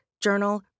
journal